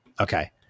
Okay